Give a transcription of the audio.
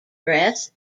dress